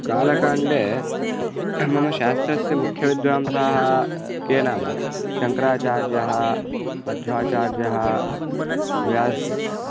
कालकाण्डे मम शास्त्रस्य मुख्यविद्वांसः के नाम शङ्कराचार्यः मध्वाचार्यः व्यासः